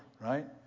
Right